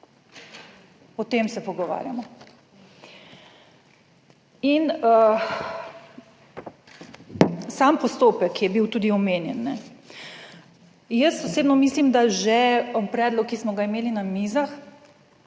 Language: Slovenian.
O tem se pogovarjamo. In sam postopek je bil tudi omenjen. Jaz osebno mislim, da že predlog, ki smo ga imeli na mizah,